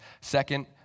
Second